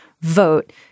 vote